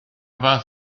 fath